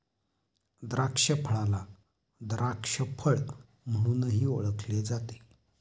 द्राक्षफळाला द्राक्ष फळ म्हणूनही ओळखले जाते